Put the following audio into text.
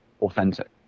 authentic